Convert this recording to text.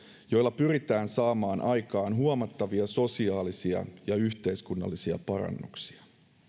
joilla pyritään saamaan aikaan huomattavia sosiaalisia ja yhteiskunnallisia parannuksia